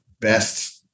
best